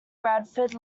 radford